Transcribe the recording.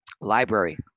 library